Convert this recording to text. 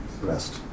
rest